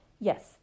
Yes